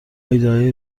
ایدههای